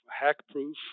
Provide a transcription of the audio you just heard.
hack-proof